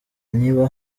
niba